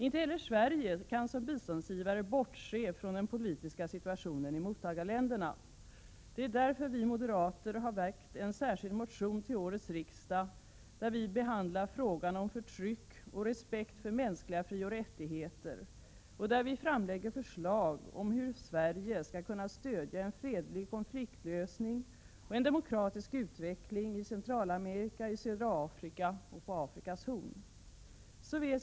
Inte heller Sverige kan som biståndsgivare bortse från den politiska situationen i mottagarländerna. Det är därför vi moderater har väckt en särskild motion till årets riksdag, i vilken vi behandlar frågan om förtryck och respekt för mänskliga frioch rättigheter och i vilken vi framlägger förslag om hur Sverige skall kunna stödja en fredlig konfliktlösning och en demokratisk utveckling i Centralamerika, i södra Afrika och på Afrikas horn.